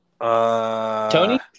Tony